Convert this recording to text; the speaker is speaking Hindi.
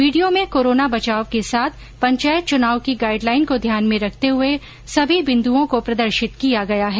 वीडियो में कोरोना बचाव के साथ पंचायत चुनाव की गाइडलाइन को ध्यान में रखते हुए सभी बिन्दुओं को प्रदर्शित किया गया है